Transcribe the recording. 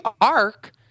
Ark